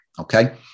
Okay